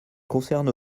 concerne